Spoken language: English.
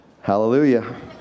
Hallelujah